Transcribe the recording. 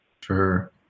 Sure